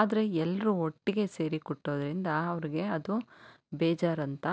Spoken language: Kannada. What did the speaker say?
ಆದರೆ ಎಲ್ಲರು ಒಟ್ಟಿಗೆ ಸೇರಿ ಕುಟ್ಟೋದರಿಂದ ಅವ್ರಿಗೆ ಅದು ಬೇಜಾರಂತ